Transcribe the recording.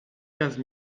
quinze